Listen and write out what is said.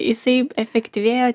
jisai efektyvėja